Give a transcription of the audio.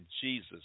Jesus